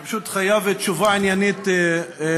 אני פשוט חייב תשובה עניינית לשר.